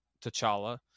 T'Challa